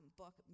book